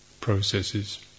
processes